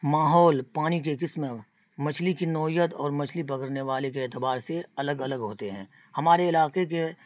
ماحول پانی کے قسمیں مچھلی کی نوعیت اور مچھلی پکڑنے والے کے اعتبار سے الگ الگ ہوتے ہیں ہمارے علاقے کے